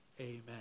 Amen